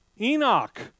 Enoch